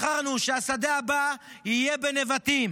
בחרנו שהשדה הבא יהיה בנבטים.